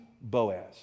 Boaz